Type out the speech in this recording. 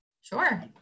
Sure